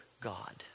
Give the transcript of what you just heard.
God